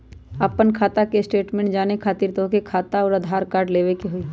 आपन खाता के स्टेटमेंट जाने खातिर तोहके खाता अऊर आधार कार्ड लबे के होइ?